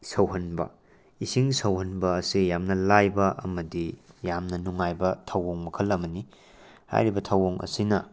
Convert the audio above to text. ꯁꯧꯍꯟꯕ ꯏꯁꯤꯡ ꯁꯧꯍꯟꯕ ꯑꯁꯦ ꯌꯥꯝꯅ ꯂꯥꯏꯕ ꯑꯃꯗꯤ ꯌꯥꯝꯅ ꯅꯨꯡꯉꯥꯏꯕ ꯊꯧꯑꯣꯡ ꯃꯈꯜ ꯑꯃꯅꯤ ꯍꯥꯏꯔꯤꯕ ꯊꯧꯑꯣꯡ ꯑꯁꯤꯅ